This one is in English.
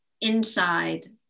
inside